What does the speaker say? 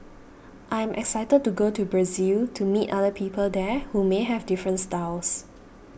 I am excited to go to Brazil to meet other people there who may have different styles